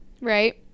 Right